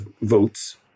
votes